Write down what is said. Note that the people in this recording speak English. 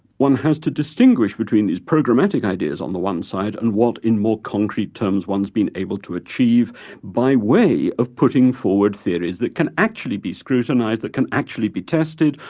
one has to distinguish between his programmatic ideas on the one side and what, in more concrete terms, one's been able to achieve by way of putting forward theories that can actually be scrutinised, that can actually be tested,